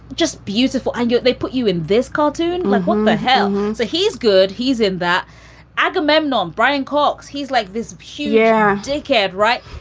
just beautiful and they put you in this cartoon like, what the hell? so he's good. he's in that agamemnon. brian cox. he's like this here. take care. right.